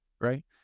Right